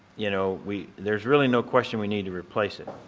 you know, we there's really no question we need to replace it.